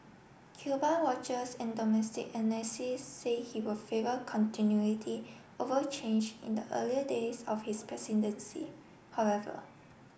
Cuba watchers and domestic analysis say he will favour continuity over change in the early days of his presidency however